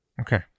Okay